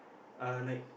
uh like